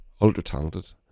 ultra-talented